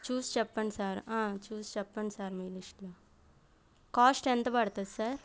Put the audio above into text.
చూసి చెప్పండి సార్ చూసి చెప్పండి సార్ మీ లిస్ట్లో కాస్ట్ ఎంత పడతది సార్